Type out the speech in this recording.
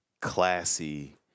classy